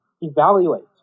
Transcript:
evaluate